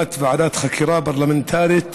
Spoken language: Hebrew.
בהקמת ועדת חקירה פרלמנטרית